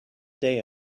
day